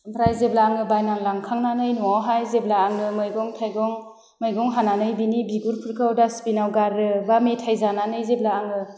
ओमफ्राय जेब्ला आङो बायना लांखांनानै न'आवहाय जेब्ला आङो मैगं थाइगं मैगं हानानै बिनि बिगुरफोरखौ डासबिनाव गारो बा मेथाय जानानै जेब्ला आङो